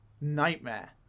nightmare